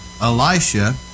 Elisha